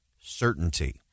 certainty